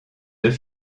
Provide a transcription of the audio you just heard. deux